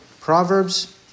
Proverbs